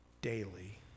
daily